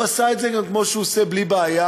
הוא עשה את זה גם כמו שהוא עושה בלי בעיה: